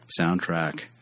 soundtrack